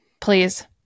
Please